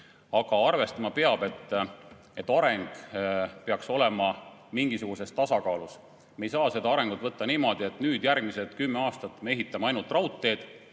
Aga arvestama peab, et areng peaks olema mingisuguses tasakaalus. Me ei saa seda arengut võtta niimoodi, et nüüd järgmised kümme aastat me ehitame ainult raudteed